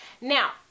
Now